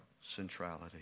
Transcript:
centrality